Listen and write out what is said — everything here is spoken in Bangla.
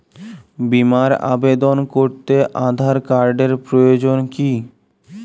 বিমার আবেদন করতে আধার কার্ডের প্রয়োজন কি?